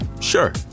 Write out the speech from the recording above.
Sure